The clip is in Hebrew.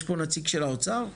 יש פה נציג של האוצר בדיון?